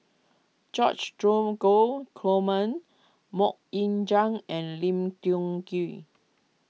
George Dromgold Coleman Mok Ying Jang and Lim Tiong Ghee